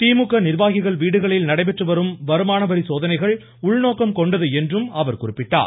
திமுக நிர்வாகிகள் வீடுகளில் நடைபெற்று வரும் வருமான வரித்துறை சோதனைகள் உள்நோக்கம் கொண்டது என்றும் அவர் குறிப்பிட்டார்